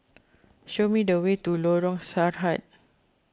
show me the way to Lorong Sarhad